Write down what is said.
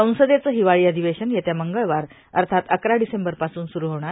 संसदेचं हिवाळी अधिवेशन येत्या मंगळवार अर्थात अकरा डिसेंबरपासून सुरू होणार